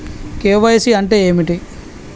KYC అంటే ఏమిటి?